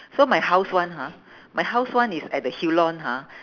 so my house [one] ha my house [one] is at the hillion ha